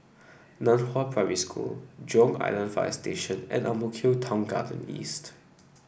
Nan Hua Primary School Jurong Island Fire Station and Ang Mo Kio Town Garden East